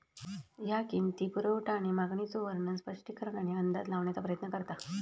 ह्या किंमती, पुरवठा आणि मागणीचो वर्णन, स्पष्टीकरण आणि अंदाज लावण्याचा प्रयत्न करता